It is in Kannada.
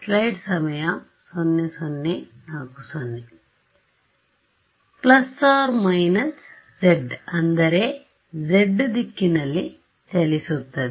± z ಅಂದರೆ z ದಿಕ್ಕಿನಲ್ಲಿ ಚಲಿಸುತ್ತದೆ